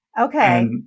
Okay